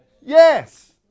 Yes